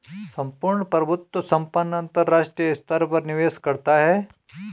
सम्पूर्ण प्रभुत्व संपन्न अंतरराष्ट्रीय स्तर पर निवेश करता है